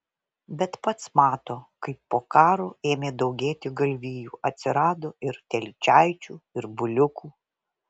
bet pats mato kaip po karo ėmė daugėti galvijų atsirado ir telyčaičių ir buliukų